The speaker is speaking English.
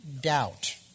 doubt